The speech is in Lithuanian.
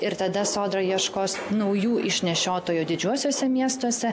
ir tada sodra ieškos naujų išnešiotojų didžiuosiuose miestuose